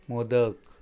modak